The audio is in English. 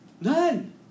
None